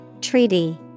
treaty